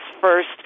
first